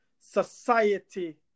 society